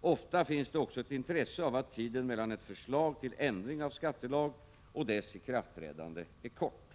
Ofta finns det också ett intresse av att tiden mellan ett förslag till ändring av skattelag och dess ikraftträdande är kort.